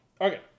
Okay